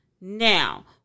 Now